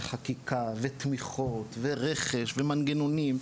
וחקיקה ותמיכות ורכש ומנגנונים,